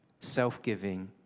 self-giving